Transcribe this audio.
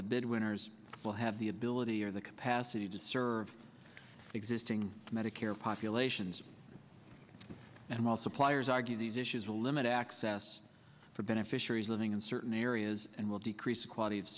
the bid winners will have the ability or the capacity to serve existing medicare populations and while suppliers argue these issues will limit access for beneficiaries living in certain areas and will decrease the quality of